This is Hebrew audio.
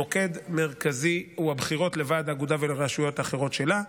מוקד מרכזי הוא הבחירות לוועד האגודה ולרשויות אחרות שלה.